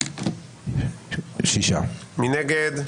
מי נגד?